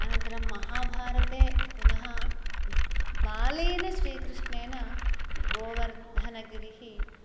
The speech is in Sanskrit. अनन्तरं महाभारते पुनः बालेन श्रीकृष्णेन गोवर्धनगिरिः